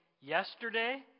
yesterday